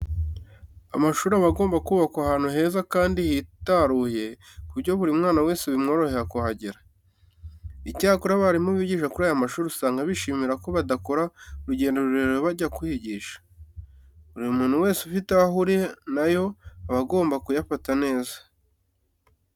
Amashuri aba agomba kubakwa ahantu heza kandi hitaruye ku buryo buri mwana wese bimworohera kuhagera. Icyakora abarimu bigisha kuri aya mashuri usanga bishimira ko badakora urugendo rurerure bajya kwigisha. Buri muntu wese ufite aho ahurira na yo aba agomba kuyafata neza.